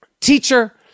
Teacher